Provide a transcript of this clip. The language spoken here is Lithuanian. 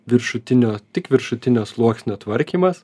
viršutinio tik viršutinio sluoksnio tvarkymas